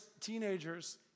teenagers